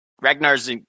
Ragnar's